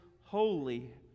holy